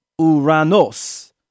Uranos